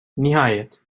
nihayet